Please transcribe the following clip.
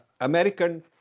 American